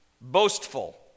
boastful